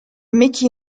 mickey